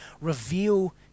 reveal